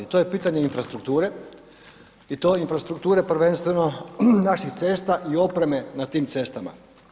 To je pitanje infrastrukture i to infrastrukture prvenstveno naših cesta i opreme na tim cestama.